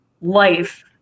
life